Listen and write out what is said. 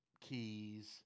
keys